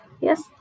Yes